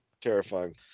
terrifying